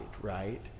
right